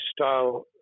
style